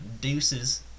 Deuces